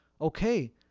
okay